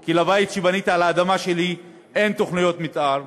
כי לבית שבניתי על האדמה שלי אין תוכניות מתאר,